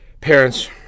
Parents